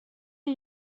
are